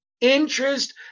interest